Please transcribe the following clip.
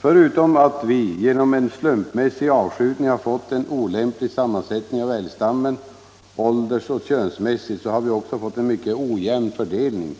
Förutom att vi genom en slumpmässig avskjutning har fått en olämplig sammansättning av älgstammen, åldersoch könsmässigt, har vi också fått en mycket ojämn fördelning,